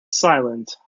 silent